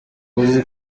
uzi